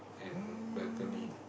and balcony